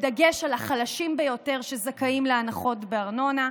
בדגש על החלשים ביותר, שזכאים להנחות בארנונה.